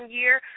year